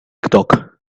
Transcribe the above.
talk